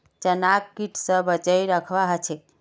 चनाक कीट स बचई रखवा ह छेक